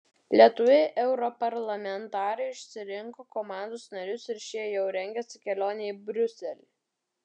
lietuviai europarlamentarai išsirinko komandos narius ir šie jau rengiasi kelionei į briuselį